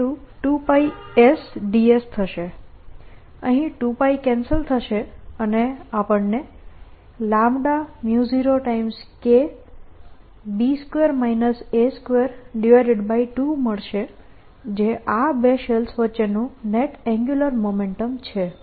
અહીં 2π કેન્સલ થશે અને આપણને 0K 2 મળશે જે આ બે શેલ્સ વચ્ચેનું નેટ એન્ગ્યુલર મોમેન્ટમ છે